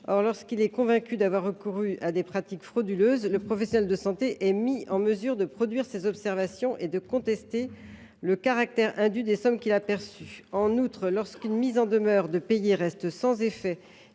Or, lorsqu’il est convaincu d’avoir eu recours à des pratiques frauduleuses, le professionnel de santé est mis en mesure de produire ses observations et de contester le caractère indu des sommes qu’il a perçues. En outre, lorsqu’une mise en demeure de payer reste sans effet